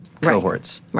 cohorts